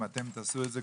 אם אתם תעשו את זה,